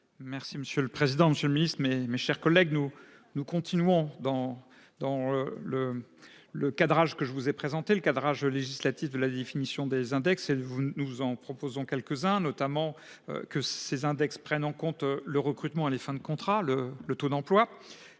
Merci monsieur le président, Monsieur le Ministre, mes, mes chers collègues, nous nous continuons dans dans le le cadrage que je vous ai présenté le cadrage législatif de la définition des index et vous nous vous en proposons quelques-uns notamment que ces index prennent en compte le recrutement, les fins de contrat le, le taux d'emploi,